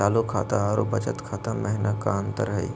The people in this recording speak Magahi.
चालू खाता अरू बचत खाता महिना की अंतर हई?